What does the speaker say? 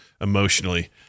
emotionally